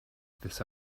this